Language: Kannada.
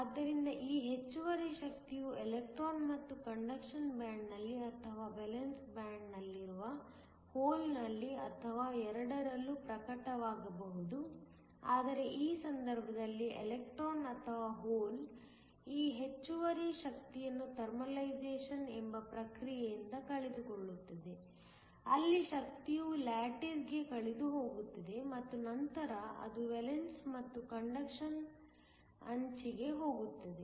ಆದ್ದರಿಂದ ಈ ಹೆಚ್ಚುವರಿ ಶಕ್ತಿಯು ಎಲೆಕ್ಟ್ರಾನ್ ಮತ್ತು ಕಂಡಕ್ಷನ್ ಬ್ಯಾಂಡ್ ನಲ್ಲಿ ಅಥವಾ ವೇಲೆನ್ಸ್ ಬ್ಯಾಂಡ್ ನಲ್ಲಿರುವ ಹೋಲ್ನಲ್ಲಿ ಅಥವಾ ಎರಡರಲ್ಲೂ ಪ್ರಕಟವಾಗಬಹುದು ಆದರೆ ಈ ಸಂದರ್ಭದಲ್ಲಿ ಎಲೆಕ್ಟ್ರಾನ್ ಅಥವಾ ಹೋಲ್ ಈ ಹೆಚ್ಚುವರಿ ಶಕ್ತಿಯನ್ನು ಥರ್ಮಲೈಸೇಶನ್ ಎಂಬ ಪ್ರಕ್ರಿಯೆಯಿಂದ ಕಳೆದುಕೊಳ್ಳುತ್ತದೆ ಅಲ್ಲಿ ಶಕ್ತಿಯು ಲ್ಯಾಟಿಸ್ಗೆ ಕಳೆದುಹೋಗುತ್ತದೆ ಮತ್ತು ನಂತರ ಅದು ವೇಲೆನ್ಸ್ ಮತ್ತು ಕಂಡಕ್ಷನ್ ಕಂಡಕ್ಷನ್ ಅಂಚಿಗೆ ಹೋಗುತ್ತದೆ